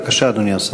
בבקשה, אדוני השר.